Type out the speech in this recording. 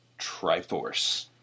triforce